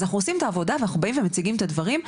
אנחנו עושים את העבודה ואנחנו באים ומציגים את הדברים,